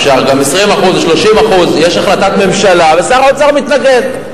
אפשר גם 20% או 30%. יש החלטת ממשלה ושר האוצר מתנגד.